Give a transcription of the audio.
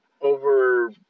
over